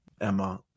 Emma